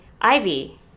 ivy